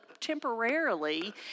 temporarily